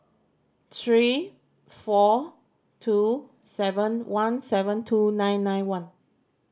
three four two seven one seven two nine nine one